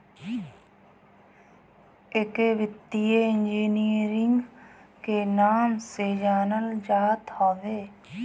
एके वित्तीय इंजीनियरिंग के नाम से जानल जात हवे